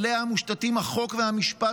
שעליה מושתתים החוק והמשפט,